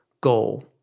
goal